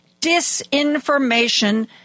disinformation